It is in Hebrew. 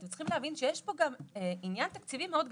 אתם צריכים להבין שיש פה גם עניין תקציבי מאוד גדול.